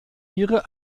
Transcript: ihre